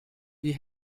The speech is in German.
die